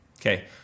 Okay